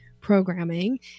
programming